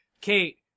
Kate